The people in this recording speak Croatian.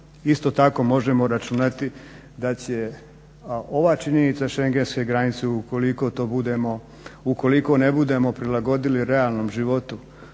Isto tako, možemo računati da će ova činjenica Schengenske granice ukoliko to budemo, ukoliko ne budemo prilagodili realnom životu